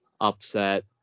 upset